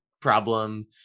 problem